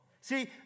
See